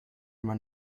man